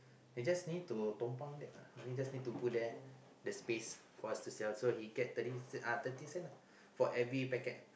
he just need to tumpang that uh only just need to put there the space for us to sell so he get thirty uh thirty cent lah for every pack